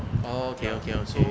oh okay okay